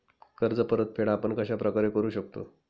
कर्ज परतफेड आपण कश्या प्रकारे करु शकतो?